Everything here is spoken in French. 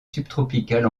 subtropicales